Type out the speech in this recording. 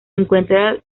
encuentra